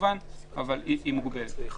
אבל היא מוגבלת.